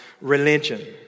religion